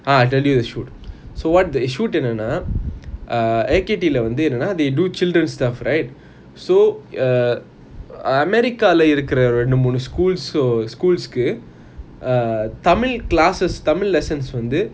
ah I'll tell you the shoot so what the shoot என்னனா:ennana uh எகெய்ட்டேயல்ல வந்து என்னனா:ayekeyteyla vanthu ennana they do children stuff right so err america lah இருக்குற ரெண்டு மூணு:irukura rendu moonu schools so schools கு:ku uh tamil classes tamil lessons வந்து:vanthu